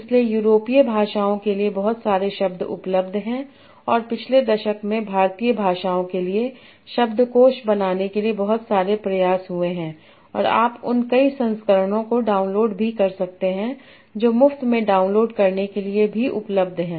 इसलिए यूरोपीय भाषाओं के लिए बहुत सारे शब्द उपलब्ध हैं और पिछले दशक में भारतीय भाषाओं के लिए शब्दकोष बनाने के लिए बहुत सारे प्रयास हुए हैं और आप उन कई संस्करणों को डाउनलोड भी कर सकते हैं जो मुफ्त में डाउनलोड करने के लिए भी उपलब्ध हैं